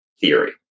theory